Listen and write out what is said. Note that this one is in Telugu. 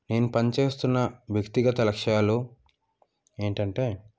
నేను పనిచేస్తున్న వ్యక్తిగత లక్ష్యాలు ఏంటంటే